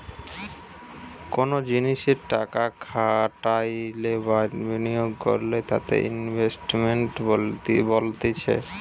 কোনো জিনিসে টাকা খাটাইলে বা বিনিয়োগ করলে তাকে ইনভেস্টমেন্ট বলতিছে